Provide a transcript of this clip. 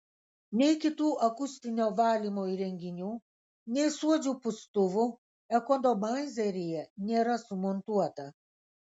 nei kitų akustinio valymo įrenginių nei suodžių pūstuvų ekonomaizeryje nėra sumontuota